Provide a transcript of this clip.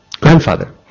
grandfather